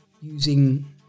using